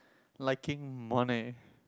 liking money